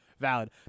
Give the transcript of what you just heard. valid